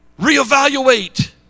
reevaluate